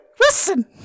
Listen